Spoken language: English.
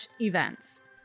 events